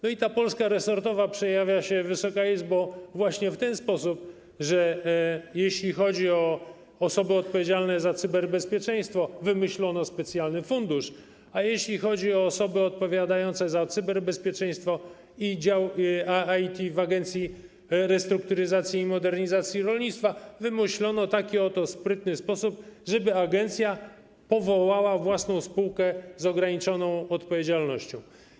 No i ta Polska resortowa przejawia się, Wysoka Izbo, właśnie w ten sposób, że jeśli chodzi o osoby odpowiedzialne za cyberbezpieczeństwo, wymyślono specjalny fundusz, a jeśli chodzi o osoby odpowiadające za cyberbezpieczeństwo i dział IT w ARiMR-ze, wymyślono taki oto sprytny sposób, żeby agencja powołała własną spółkę z ograniczoną odpowiedzialnością.